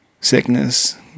sickness